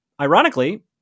ironically